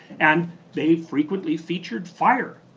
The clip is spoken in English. and they frequently featured fire.